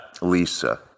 Lisa